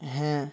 হ্যাঁ